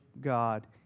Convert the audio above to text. God